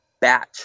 batch